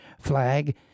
flag